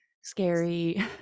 scary